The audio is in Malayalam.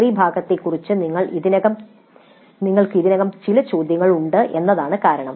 തിയറി ഭാഗത്തെക്കുറിച്ച് ഞങ്ങൾക്ക് ഇതിനകം ചില ചോദ്യങ്ങൾ ഉണ്ട് എന്നതാണ് കാരണം